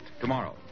tomorrow